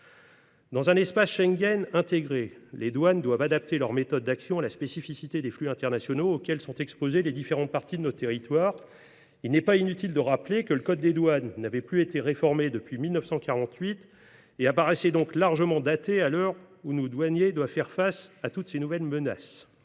Dans un espace Schengen intégré, les douanes doivent adapter leurs méthodes d’action à la spécificité des flux internationaux auxquels sont exposées les différentes parties de notre territoire. Il n’est pas inutile de rappeler que le code des douanes n’avait plus été réformé depuis 1948 et apparaissait donc largement daté à l’heure où nos douaniers doivent faire face à toutes ces nouvelles menaces.